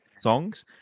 songs